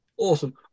Awesome